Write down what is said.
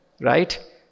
right